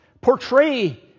portray